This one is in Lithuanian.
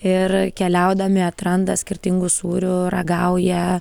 ir keliaudami atranda skirtingų sūrių ragauja